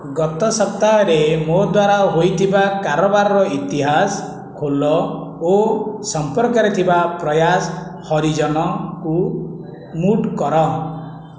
ଗତ ସପ୍ତାହରେ ମୋ ଦ୍ୱାରା ହୋଇଥିବା କାରବାରର ଇତିହାସ ଖୋଲ ଓ ସମ୍ପର୍କରେ ଥିବା ପ୍ରୟାସ ହରିଜନଙ୍କୁ ମ୍ୟୁଟ୍ କର